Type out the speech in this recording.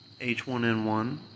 H1N1